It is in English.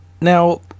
Now